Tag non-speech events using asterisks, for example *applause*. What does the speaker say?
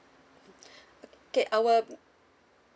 mm *breath* okay our mm